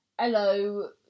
hello